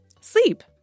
Sleep